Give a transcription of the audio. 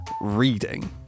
reading